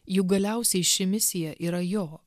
juk galiausiai ši misija yra jo